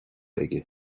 aige